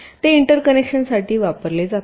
ते एंटरकनेक्शनसाठी वापरले जातात